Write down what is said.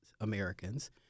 Americans